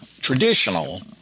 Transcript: traditional